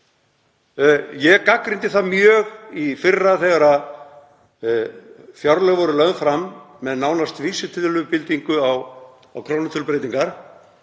Ég gagnrýndi það mjög í fyrra þegar fjárlög voru lögð fram með nánast vísitölubindingu á krónutölubreytingar